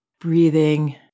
breathing